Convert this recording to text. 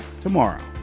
tomorrow